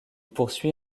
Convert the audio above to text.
poursuit